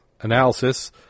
analysis